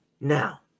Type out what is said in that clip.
Now